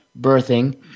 birthing